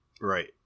right